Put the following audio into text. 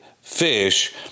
fish